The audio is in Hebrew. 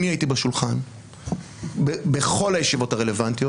אני הייתי בשולחן בכל הישיבות הרלוונטיות